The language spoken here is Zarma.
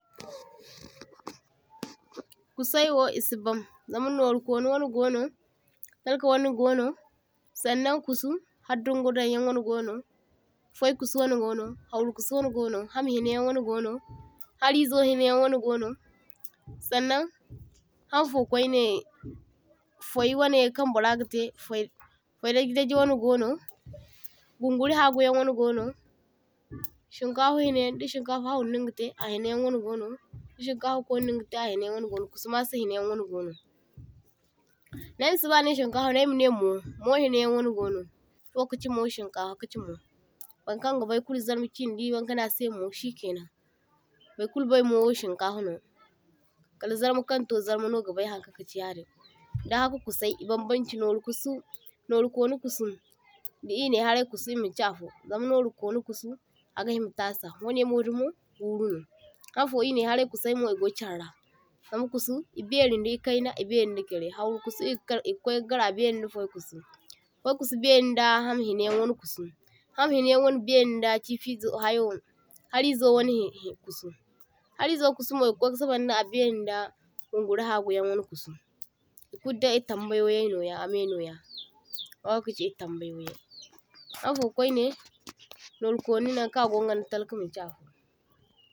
toh – toh Kusaiwo i’sibaŋ zama norukonu wanai gono talka wanai gono, sannaŋ kusu hardungo danyaŋ wana gono, fai’kusu wanai gono, hawru kusu wanai gono, hamhinayaŋ wana gono, harizo hinayaŋ wanai gono, sannaŋ hanfo kwainai fai’wanai kaŋ burra gatai fai fai’dajidaji wanai gono, gunguri haguyaŋ wanai gono, shinkafa hinayaŋ di shinkafa hawru no nigatai a hinayaŋ wanai gono, da shinkafa konuno nigatai ahinayaŋ wanai gono, kusumasa hinayaŋ wanai gono. Da aysibah ay manai shinkafa ay manai moa moa hinayaŋ wanai gono, i’fo kachi moa shinkafa kachi moa, burkan gabai kulu zarmachinai dibaŋ kanasai moa shikainaŋ, baykulu bai moa wo shinkafano kal zarma kanto zarma no gabai haŋ kaŋ kachi yadin, daŋ haka kusai i’bambanchai noru kusu noru koni kusu da i’naiharai kusu maŋchi afo zama noru koni kusu agahima tasa wanaimo dumo gurino. Anfo i’naiharai kusomo i’go charra zama kusu i’bairin da i’kaina i’bairin da charai, hawru kuso agagar i’ga kwaikagar a bairinda fai kusu, fai kusu bairinda hamhinayan wanai kusu, hamhinayaŋ bairinda chifizo ayyo harizo wanai hihi kusu, harizo kusumo i’ga kwaika sabaŋda abairinda gunguri haguyaŋ wanai kusu, i’kuldai i tambayay noya amai noya, ahho inga kachi i'tambayoyay anfo kwainai noru koni nankaŋ ago inganda talka maŋchi afo.